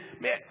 man